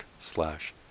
slash